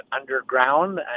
underground